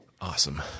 Awesome